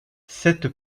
cette